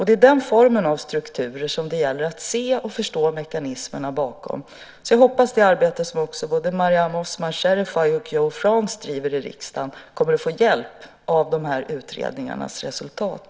Det är den formen av strukturer som det gäller att se och förstå mekanismerna bakom. Jag hoppas att det arbete som både Mariam Osman Sherifay och Joe Frans driver i riksdagen kommer att få hjälp av de här utredningarnas resultat.